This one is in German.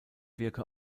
wirke